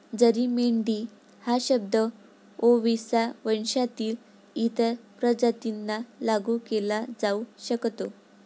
जरी मेंढी हा शब्द ओविसा वंशातील इतर प्रजातींना लागू केला जाऊ शकतो